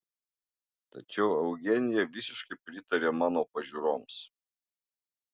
tačiau eugenija visiškai pritarė mano pažiūroms